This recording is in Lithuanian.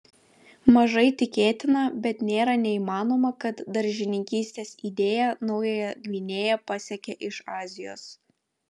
mažai tikėtina bet nėra neįmanoma kad daržininkystės idėja naująją gvinėją pasiekė iš azijos